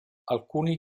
alcuni